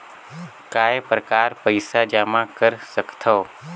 काय प्रकार पईसा जमा कर सकथव?